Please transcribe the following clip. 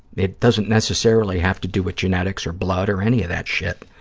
it doesn't necessarily have to do with genetics or blood or any of that shit.